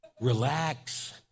Relax